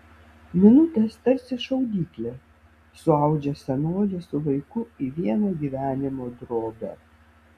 minutės tarsi šaudyklė suaudžia senolį su vaiku į vieną gyvenimo drobę